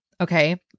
Okay